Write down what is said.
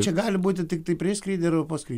čia gali būti tiktai prieš skrydį arba paskui